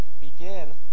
begin